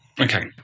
Okay